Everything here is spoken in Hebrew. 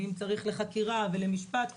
חקירה או משפט.